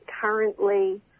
currently